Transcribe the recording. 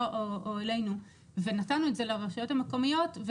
או אלינו ונתנו את זה לרשויות המקומיות.